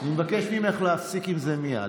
אני מבקש ממך להפסיק עם זה מייד.